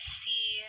see